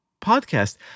podcast